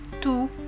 two